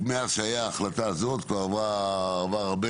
מאז שהייתה ההחלטה הזאת כבר עבר הרבה